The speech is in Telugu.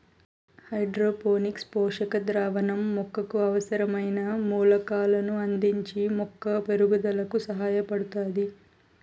హైడ్రోపోనిక్స్ పోషక ద్రావణం మొక్కకు అవసరమైన మూలకాలను అందించి మొక్క పెరుగుదలకు సహాయపడుతాది